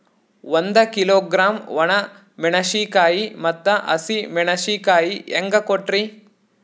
ಒಂದ ಕಿಲೋಗ್ರಾಂ, ಒಣ ಮೇಣಶೀಕಾಯಿ ಮತ್ತ ಹಸಿ ಮೇಣಶೀಕಾಯಿ ಹೆಂಗ ಕೊಟ್ರಿ?